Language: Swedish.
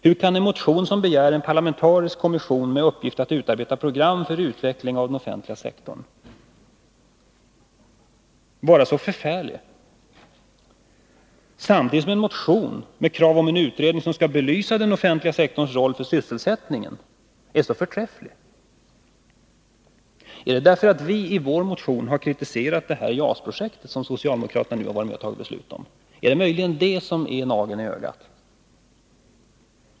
Hur kan en motion som begär en parlamentarisk kommission med uppgift att utarbeta program för utveckling av den offentliga sektorn vara så förfärlig, samtidigt som en motion med krav om en utredning som skall belysa den offentliga sektorns roll för sysselsättningen är så förträfflig? Är det därför att vi i vår motion har kritiserat JAS-projektet som socialdemokraterna varit med och fattat beslut om? Är det möjligen det som är en nagel i ögat?